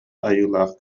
айылаах